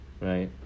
right